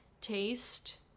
taste